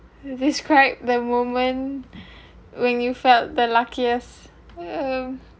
describe the moment when you felt the luckiest um